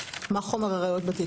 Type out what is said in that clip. מה חומר הראיות בתיק.